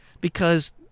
because-